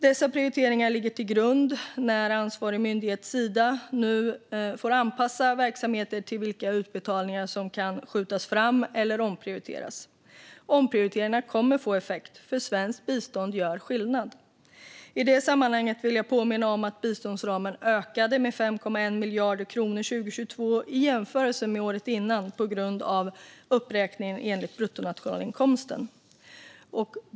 Dessa prioriteringar ligger som grund när ansvarig myndighet, Sida, nu får anpassa verksamheten till vilka utbetalningar som kan skjutas fram eller omprioriteras. Omprioriteringarna kommer att få effekt, för svenskt bistånd gör skillnad. I det sammanhanget vill jag påminna om att biståndsramen ökade med 5,1 miljarder kronor 2022 i jämförelse med året innan på grund av uppräkningen enligt bruttonationalinkomsten.